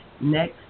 next